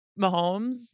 Mahomes